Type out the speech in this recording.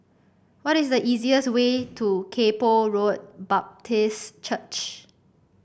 what is the easiest way to Kay Poh Road Baptist Church